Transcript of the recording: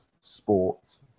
Sports